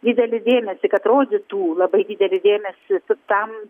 didelį dėmesį kad rodytų labai didelį dėmesį tam